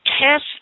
test